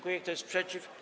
Kto jest przeciw?